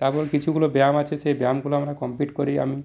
তারপর কিছুগুলো ব্যায়াম আছে সেই ব্যায়ামগুলো আমরা কমপ্লিট করি আমি